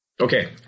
Okay